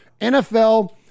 NFL